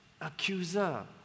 Accuser